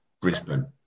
Brisbane